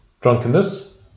drunkenness